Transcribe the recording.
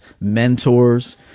mentors